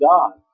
God